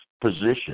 position